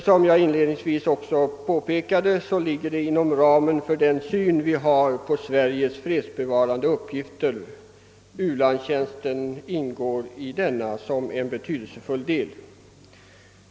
Som jag inledningsvis också påpekade ligger det inom ramen för den syn vi har på Sveriges fredsbevarande uppgifter att u-landstjänst skall ingå i dem som en betydelsefull del.